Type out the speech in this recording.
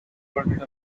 departed